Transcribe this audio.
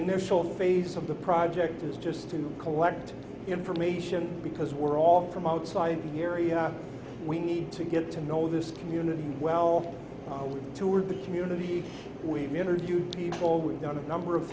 initial phase of the project is just to collect information because we're all from outside here you know we need to get to know this community well we toured the community we've interviewed people we've done a number of